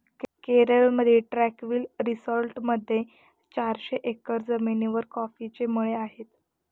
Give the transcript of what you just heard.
केरळमधील ट्रँक्विल रिसॉर्टमध्ये चारशे एकर जमिनीवर कॉफीचे मळे आहेत